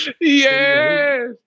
Yes